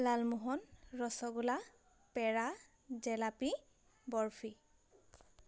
Lalmohan rasgulla pera jalebi barfi